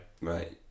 right